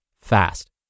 fast